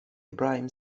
ibrahim